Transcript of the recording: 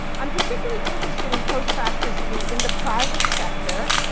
i'm particularly interested in post-facticity in the private sector.